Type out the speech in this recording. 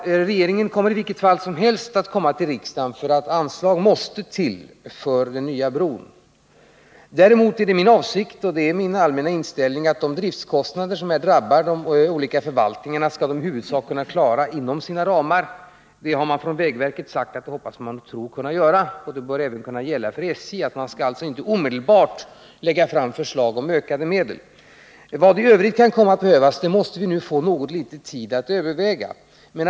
Regeringen avser också att komma till riksdagen, eftersom anslag måste till för den nya bron. Däremot är det min avsikt — det är även min allmänna inställning — att de driftkostnader som drabbar de olika förvaltningarna i huvudsak skall kunna klaras inom förvaltningarnas ramar. Vägverket hoppas och tror att detta skall vara möjligt, och det bör även kunna gälla SJ. Således bör förslag om ökade medel inte omedelbart framläggas. Vi måste nu få litet tid att överväga vad som i övrigt kan behövas.